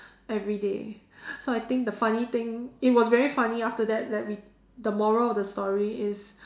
everyday so I think the funny thing it was very funny after that like we the moral of the story is